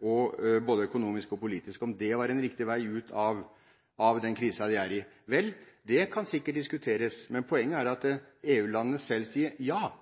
vei ut av den krisen vi er i. Det kan sikkert diskuteres, men poenget er at EU-landene selv sier ja. På